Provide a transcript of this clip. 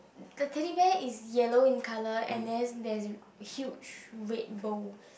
the Teddy Bear is yellow in colour and then there is huge red bows